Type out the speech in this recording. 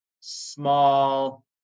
small